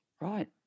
Right